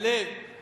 לשלב